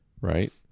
right